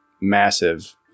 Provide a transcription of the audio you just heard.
massive